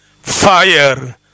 fire